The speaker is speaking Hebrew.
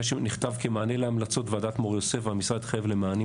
נכתב כמענה להמלצות ועדת מור יוסף ו"המשרד התחייב למענים